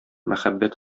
мәхәббәт